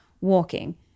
walking